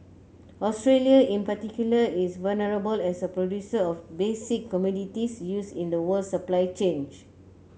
Australia in particular is vulnerable as a producer of basic commodities used in the world supply chain